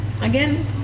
again